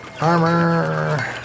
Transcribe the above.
Armor